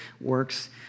works